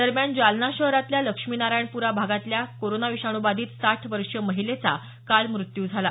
दरम्यान जालना शहरातल्या लक्ष्मीनारायणप्रा भागातल्या कोरोना विषाणू बाधित साठ वर्षीय महिलेचा काल मृत्यू झाला